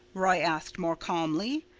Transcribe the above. roy asked more calmly.